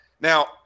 Now